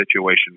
situation